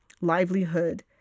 livelihood